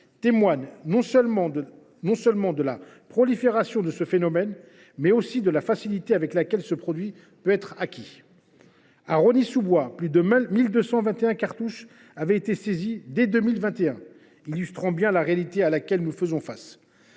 témoignent non seulement de la propagation de ce phénomène, mais aussi de la facilité avec laquelle ce produit peut être acquis. Dès 2021, plus de 1 200 cartouches avaient été saisies à Rosny sous Bois, illustrant bien la réalité à laquelle nous faisons face.